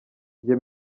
njye